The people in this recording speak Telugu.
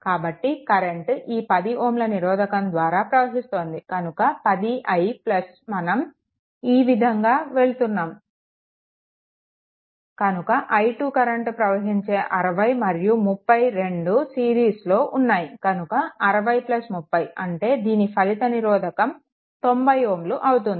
కాబట్టి కరెంట్ ఈ 10Ω నిరోధకం ద్వారా ప్రవహిస్తోంది కనుక 10i మనం ఈ విధంగా వెళ్తున్నాము కనుక i2 కరెంట్ ప్రవహించే 60 మరియు 30 రెండు సిరీస్లో ఉన్నాయి కనుక 6030 అంటే దీని ఫలిత నిరోధకం 90 Ω అవుతుంది